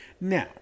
Now